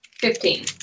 Fifteen